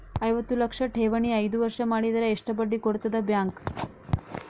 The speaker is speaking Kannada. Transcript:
ಐವತ್ತು ಲಕ್ಷ ಠೇವಣಿ ಐದು ವರ್ಷ ಮಾಡಿದರ ಎಷ್ಟ ಬಡ್ಡಿ ಕೊಡತದ ಬ್ಯಾಂಕ್?